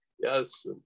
yes